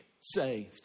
saved